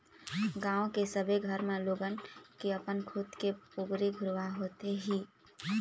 गाँव के सबे घर म लोगन के अपन खुद के पोगरी घुरूवा होथे ही